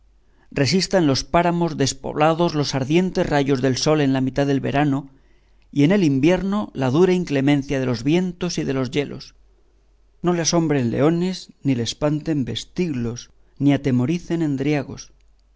en los páramos despoblados los ardientes rayos del sol en la mitad del verano y en el invierno la dura inclemencia de los vientos y de los yelos no le asombren leones ni le espanten vestiglos ni atemoricen